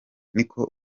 niko